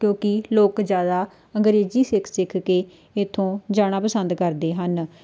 ਕਿਉਂਕਿ ਲੋਕ ਜ਼ਿਆਦਾ ਅੰਗਰੇਜ਼ੀ ਸਿੱਖ ਸਿੱਖ ਕੇ ਇੱਥੋਂ ਜਾਣਾ ਪਸੰਦ ਕਰਦੇ ਹਨ